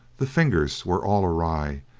the fingers were all awry,